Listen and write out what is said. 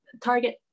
target